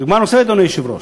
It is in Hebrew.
דוגמה נוספת, אדוני היושב-ראש: